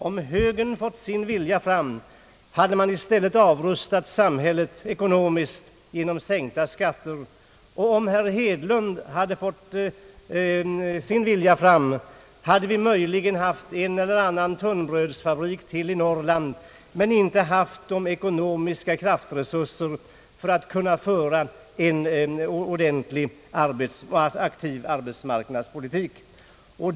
Om högern fått sin vilja fram hade man i stället avrustat samhället ekonomiskt genom sänkta skatter. Och om herr Hedlund hade fått sin vilja fram hade vi möjligen haft en eller annan tunnbrödsfabrik i Norrland, men vi hade inte haft de ekonomiska kraftresurser som är nödvändiga för att kunna föra en aktiv arbetsmarknadspolitik.